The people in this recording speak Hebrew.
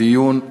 דיון,